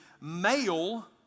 male